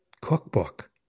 cookbook